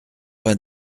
vingt